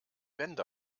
wände